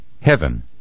Heaven